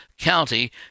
county